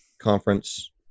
conference